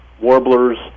warblers